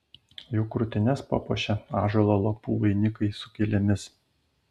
jų krūtines papuošė ąžuolo lapų vainikai su gėlėmis